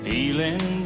Feeling